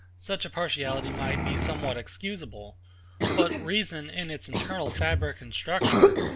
such a partiality might be somewhat excusable but reason, in its internal fabric and structure,